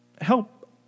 help